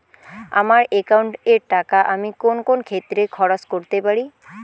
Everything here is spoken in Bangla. আমার একাউন্ট এর টাকা আমি কোন কোন ক্ষেত্রে খরচ করতে পারি?